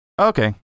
Okay